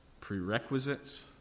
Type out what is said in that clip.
prerequisites